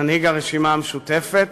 מנהיג הרשימה המשותפת,